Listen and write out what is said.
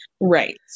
Right